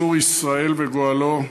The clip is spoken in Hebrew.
צור ישראל וגואלו,